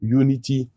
unity